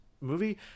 movie